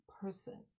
person